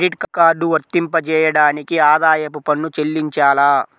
Credit card వర్తింపజేయడానికి ఆదాయపు పన్ను చెల్లించాలా?